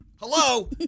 Hello